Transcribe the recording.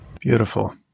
Beautiful